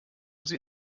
sie